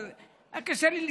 אז היה לי קשה לספור,